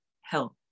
health